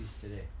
today